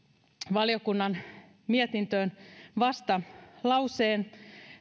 valiokunnan mietintöön vastalauseen